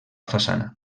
façana